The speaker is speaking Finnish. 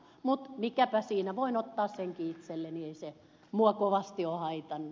mutta mikäpä siinä voin ottaa senkin itselleni ei se minua kovasti ole haitannut